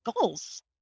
goals